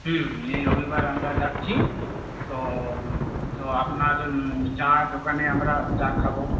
হুম এই রবিবার আমরা যাচ্ছি তো তো আপনার চা দোকানে আমরা চা খাব